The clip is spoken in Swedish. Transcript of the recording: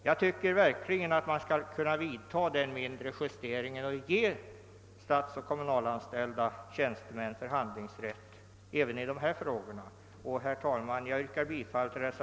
Jag tycker verkligen att man bör kunna göra denna mindre justering och därmed ge statsoch kommunalanställda tjänstemän förhandlingsrätt även i de i reservationen angivna frågorna. Herr talman! Jag yrkar bifall till re